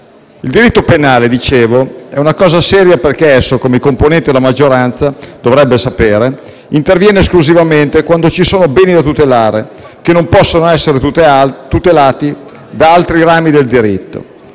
Il diritto penale, dicevo, è una cosa seria perché esso, come i componenti della maggioranza dovrebbero sapere, interviene esclusivamente quando ci sono beni da tutelare che non possono essere tutelati da altri rami del diritto